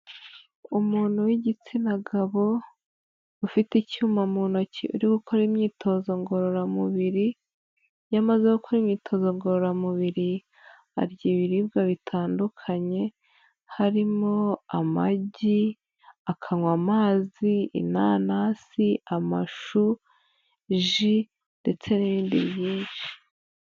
Umuntu w'igitsina gabo, ufite icyuma mu ntoki uri gukora imyitozo ngororamubiri, iyo amaze gukora imyitozo ngororamubiri, arya ibiribwa bitandukanye, harimo amagi, akanywa amazi, inanasi, amashu, ji ndetse n'ibindi nyinshi.